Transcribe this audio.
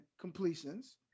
completions